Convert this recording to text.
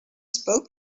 spoke